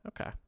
Okay